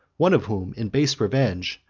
one of whom, in base revenge,